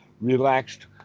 relaxed